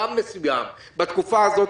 בתקופה הזאת,